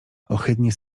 ohydnie